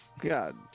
God